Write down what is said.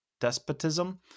Despotism